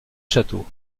château